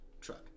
truck